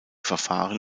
verfahren